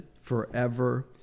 forever